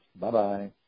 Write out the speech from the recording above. Bye-bye